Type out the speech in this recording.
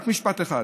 רק משפט אחד.